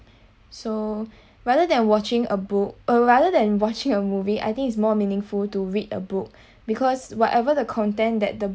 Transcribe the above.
so rather than watching a book uh rather than watching a movie I think it's more meaningful to read a book because whatever the content that the